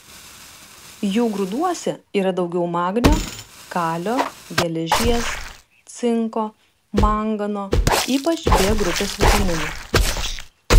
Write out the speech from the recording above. jų grūduose yra daugiau magnio kalio geležies cinko mangano ypač b grupės vitaminų